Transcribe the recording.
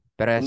Pero